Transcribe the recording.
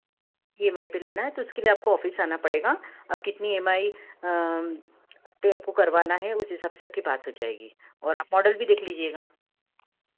E M I पर लेना है उसके लिए आपको ऑफिस आना पड़ेगा आप कितनी ई एम आई पर आपको करवाना है उस हिसाब से आपकी बात हो जाएगी और आप मॉडल भी देख लीजिएगा